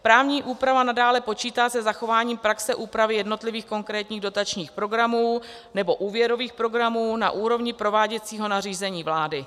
Právní úprava nadále počítá se zachováním praxe úpravy jednotlivých konkrétních dotačních programů nebo úvěrových programů na úrovni prováděcího nařízení vlády.